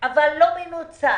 אבל לא מנוצל.